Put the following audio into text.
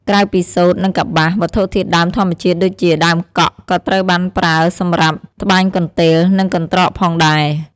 ក្រៅពីសូត្រ និងកប្បាស វត្ថុធាតុដើមធម្មជាតិដូចជាដើមកក់ ក៏ត្រូវបានប្រើសម្រាប់ ត្បាញកន្ទេល និងកន្ត្រក ផងដែរ។